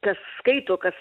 kas skaito kas